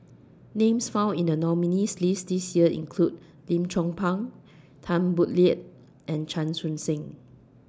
Names found in The nominees' list This Year include Lim Chong Pang Tan Boo Liat and Chan Chun Sing